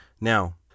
Now